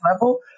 level